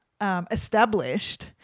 Established